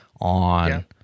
on